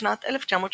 בשנת 1980